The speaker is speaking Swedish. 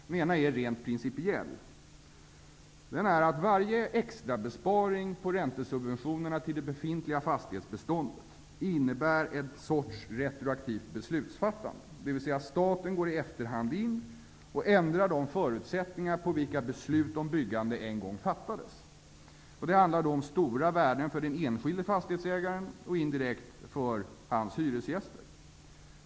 Den ena är rent principiell. Den är att varje extrabesparing på räntesubventionerna till det befintliga fastighetsbeståndet innebär ett sorts retroaktivt beslutsfattande. Staten går i efterhand in och ändrar de förutsättningar på vilka beslut om byggande en gång fattades. Det handlar om stora värden för den enskilde fastighetsägaren och indirekt för hans hyresgäster.